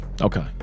Okay